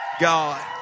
God